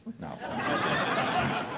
No